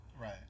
Right